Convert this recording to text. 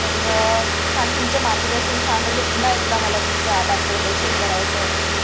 पण छान तुमचे मार्गदर्शन छान राहिले पुन्हा एकदा मला तुमचं आभार प्रदर्शन करावंसं वाटते